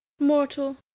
Mortal